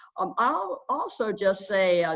um i'll also just say,